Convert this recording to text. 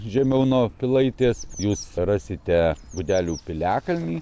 žemiau nuo pilaitės jūs rasite gudelių piliakalnį